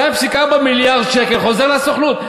2.4 מיליארד שקל חוזרים לסוכנות.